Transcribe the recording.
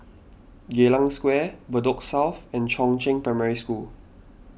Geylang Square Bedok South and Chongzheng Primary School